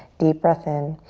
deep breath in.